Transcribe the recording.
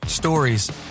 Stories